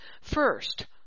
First